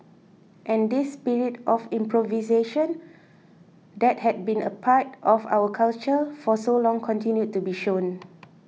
and this spirit of improvisation that had been part of our culture for so long continued to be shown